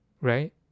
right